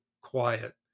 quiet